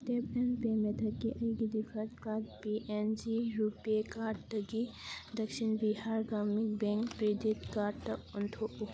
tap and pay ꯃꯦꯊꯠꯀꯤ ꯑꯩꯒꯤ default ꯀꯥꯔꯠꯀꯤ ꯄꯤ ꯑꯦꯟ ꯖꯤ ꯔꯨꯄꯦ ꯀꯥꯔꯠꯇꯒꯤ ꯗꯛꯁꯤꯟ ꯕꯤꯍꯥꯔ ꯒ꯭ꯔꯥꯃꯤꯟ ꯕꯦꯡ ꯀ꯭ꯔꯦꯗꯤꯠ ꯀꯥꯔꯠꯇ ꯑꯣꯟꯊꯣꯛꯎ